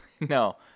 No